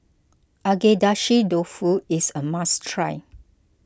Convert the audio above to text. Agedashi Dofu is a must try